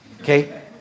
Okay